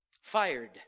Fired